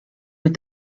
with